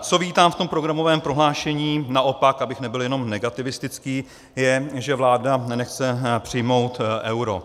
Co vítám v tom programovém prohlášení naopak, abych nebyl jenom negativistický, že vláda nechce přijmout euro.